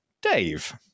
Dave